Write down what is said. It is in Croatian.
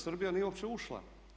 Srbija nije uopće ušla.